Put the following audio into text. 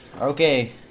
Okay